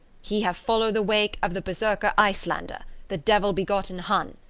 he have follow the wake of the berserker icelander, the devil-begotten hun,